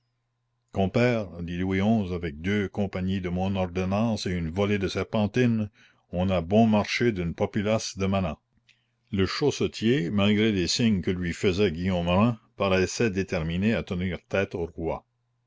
louis xi avec deux compagnies de mon ordonnance et une volée de serpentine on a bon marché d'une populace de manants le chaussetier malgré les signes que lui faisait guillaume rym paraissait déterminé à tenir tête au roi